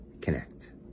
connect